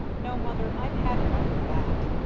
no, mother, i've had enough of that.